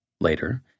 Later